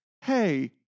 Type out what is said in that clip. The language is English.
hey